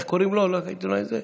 איך קוראים לו, לעיתונאי הזה?